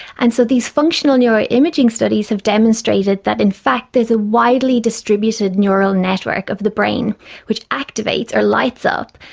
and so these functional neuroimaging studies have demonstrated that in fact there's a widely distributed neural network of the brain which activates or lights up,